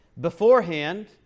beforehand